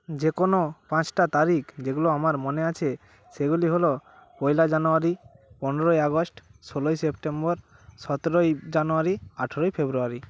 যে কোনও পাঁচটা তারিখ যেগুলো আমার মনে আছে সেগুলি হল পয়লা জানুয়ারি পনেরোই আগস্ট ষোলই সেপ্টেম্বর সতেরোই জানুয়ারি আঠেরোই ফেব্রুয়ারি